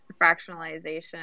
fractionalization